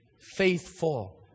faithful